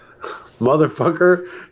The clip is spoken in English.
Motherfucker